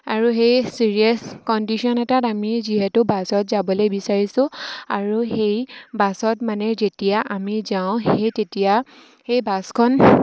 আৰু সেই serious condition এটাত আমি যিহেতু বাছত যাবলৈ বিচাৰিছোঁ আৰু সেই বাছত মানে যেতিয়া আমি যাওঁ সেই তেতিয়া সেই বাছখন